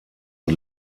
und